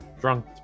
drunk